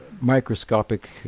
microscopic